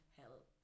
help